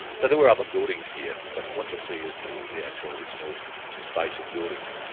so there were other buildings here but what you see is the the actual original station buildings.